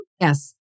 Yes